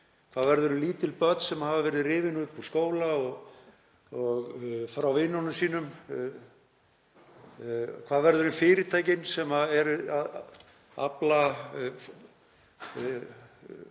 Hvað verður lítil börn sem hafa verið rifin upp úr skóla og frá vinum sínum? Hvað verður um fyrirtækin sem eru að afla